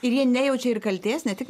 ir jie nejaučia ir kaltės ne tik